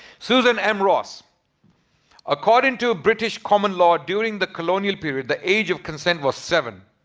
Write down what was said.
susan m ross according to british common law during the colonial period the age of consent was seven